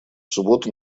субботу